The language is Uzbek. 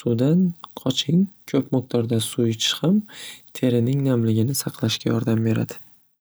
suvdan qoching ko'p miqdorda suv ichish ham terining namligini saqlashga yordam beradi.